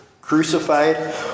crucified